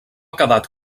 quedat